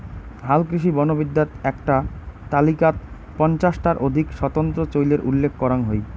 হালকৃষি বনবিদ্যাত এ্যাকটা তালিকাত পঞ্চাশ টার অধিক স্বতন্ত্র চইলের উল্লেখ করাং হই